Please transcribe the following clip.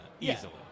Easily